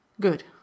Good